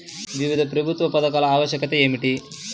వివిధ ప్రభుత్వా పథకాల ఆవశ్యకత ఏమిటి?